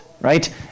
right